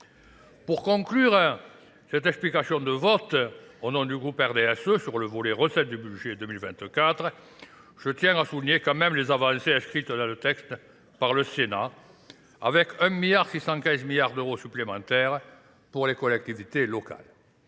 Pour conclure cette explication de vote au nom du groupe RDSE sur le volet recette du budget 2024, je tiens à souligner quand même les avancées escrites dans le texte par le Sénat, avec 1,615 milliards d'euros supplémentaires pour les collectivités locales.